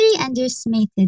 underestimated